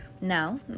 now